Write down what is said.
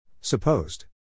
Supposed